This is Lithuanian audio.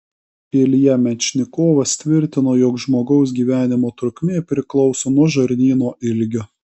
ilja mečnikovas tvirtino jog žmogaus gyvenimo trukmė priklauso nuo žarnyno ilgio